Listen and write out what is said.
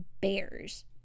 bears